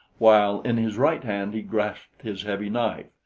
while in his right hand he grasped his heavy knife.